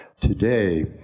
Today